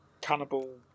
cannibal